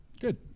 good